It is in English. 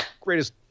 greatest